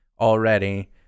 already